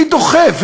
מי דוחף?